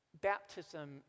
Baptism